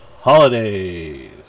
holidays